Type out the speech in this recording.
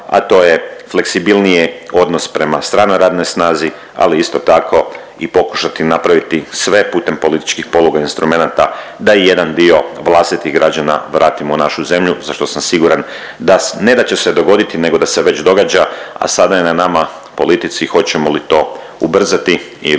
a to je fleksibilnije odnos prema stranoj radnoj snazi, ali isto tako i pokušati napraviti sve putem političkih poluga instrumenata da i jedan dio vlastitih građana vratimo u našu zemlju za što sam siguran da, ne da će se dogoditi nego da se već događa a sada je na nama politici hoćemo li to ubrzati ili